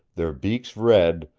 their beaks red,